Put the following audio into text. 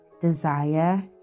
desire